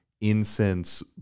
incense